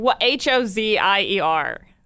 H-O-Z-I-E-R